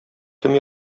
кем